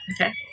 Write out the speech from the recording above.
Okay